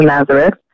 Nazareth